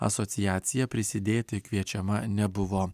asociacija prisidėti kviečiama nebuvo